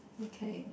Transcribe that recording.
okay